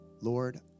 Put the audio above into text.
Lord